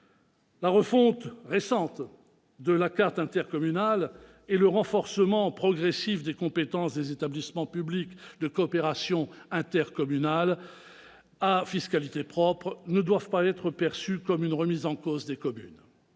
La refonte récente de la carte intercommunale et le renforcement progressif des compétences des établissements publics de coopération intercommunale à fiscalité propre ne doivent pas être perçus comme une remise en cause des communes,